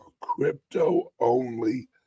crypto-only